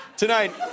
Tonight